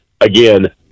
Again